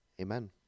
amen